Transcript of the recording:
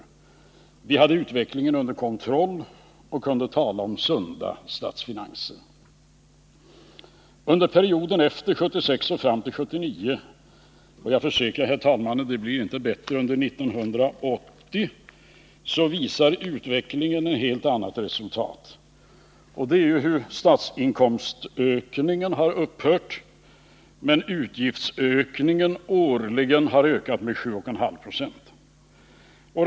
Vi hade utvecklingen under kontroll och kunde tala om sunda statsfinanser. Under perioden efter 1976 och fram till 1979 — och jag försäkrar, herr talman, att det inte blir bättre under 1980 — visar utvecklingen ett helt annat resultat, och det är hur statsinkomstökningen har upphört men utgifterna årligen har ökat med 17,5 Ro.